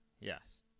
Yes